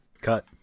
Cut